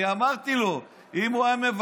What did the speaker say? אני אמרתי לו, אם הוא היה מבקש,